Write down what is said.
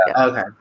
Okay